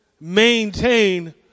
maintain